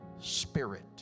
spirit